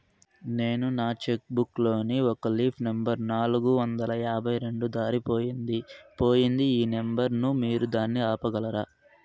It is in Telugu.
నేను నా చెక్కు బుక్ లోని ఒక లీఫ్ నెంబర్ నాలుగు వందల యాభై రెండు దారిపొయింది పోయింది ఈ నెంబర్ ను మీరు దాన్ని ఆపగలరా?